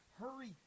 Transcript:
hurry